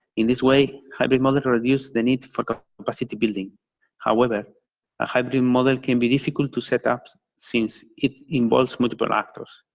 in this way, hybrid ownership reduces the need for capacity building however a hybrid model can be difficult to set up since it involves multiple actors.